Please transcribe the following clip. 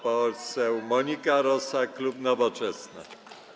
Poseł Monika Rosa, klub Nowoczesna.